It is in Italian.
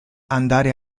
andare